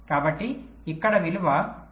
కాబట్టి ఇక్కడ విలువ 0